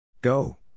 Go